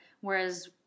Whereas